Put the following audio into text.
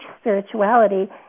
spirituality